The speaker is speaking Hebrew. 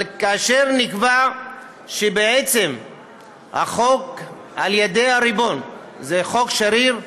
אבל כאשר נקבע שבעצם החוק על ידי הריבון הוא חוק שריר,